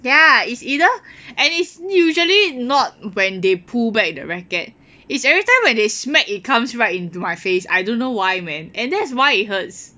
ya is either and it's usually not when they pull back the racket is everytime when they smack it comes right into my face I don't know why man and that's why it hurts